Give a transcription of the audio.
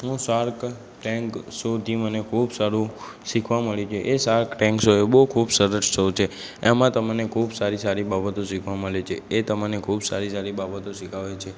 હું Shark Tank શોથી મને ખૂબ સારું શીખવા મળે છે એ સાર્ક ટેન્ક શો એ બહુ ખૂબ સરસ શો છે એમાં તમને ખૂબ સારી સારી બાબતો શીખવા મળે છે એ તમને ખૂબ સારી સારી બાબતો શીખવાડે છે